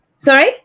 Sorry